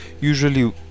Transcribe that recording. Usually